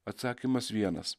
atsakymas vienas